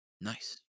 Nice